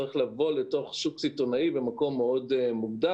צריך לבוא לתוך שוק סיטונאי במקום מאוד מוגדר